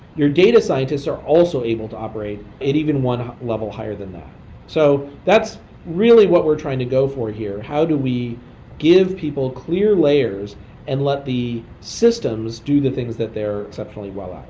your data scientists are also able to operate at even one level higher than that. so that's really what we're trying to go for here, how do we give people clear layers and let the systems do the things that they are exceptionally well at?